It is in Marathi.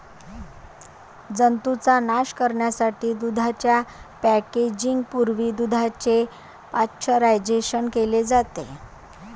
जंतूंचा नाश करण्यासाठी दुधाच्या पॅकेजिंग पूर्वी दुधाचे पाश्चरायझेशन केले जाते